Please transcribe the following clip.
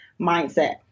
mindset